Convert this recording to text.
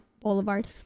Boulevard